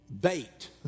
bait